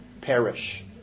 perish